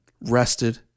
rested